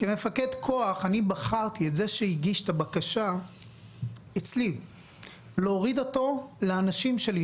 כמפקד כוח אני בחרתי את זה שהגיש את הבקשה אצלי להוריד אותו לאנשים שלי,